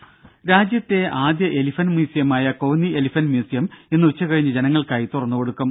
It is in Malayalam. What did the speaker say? രുര രാജ്യത്തെ ആദ്യ എലിഫന്റ് മ്യൂസിയമായ കോന്നി എലിഫന്റ് മ്യൂസിയം ഇന്ന് ഉച്ചകഴിഞ്ഞ് ജനങ്ങൾക്കായി തുറന്നു കൊടുക്കും